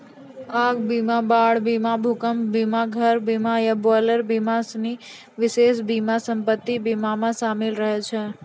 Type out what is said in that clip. आग बीमा, बाढ़ बीमा, भूकंप बीमा, घर बीमा या बॉयलर बीमा जैसनो विशेष बीमा सम्पति बीमा मे शामिल रहै छै